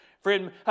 Friend